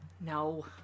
no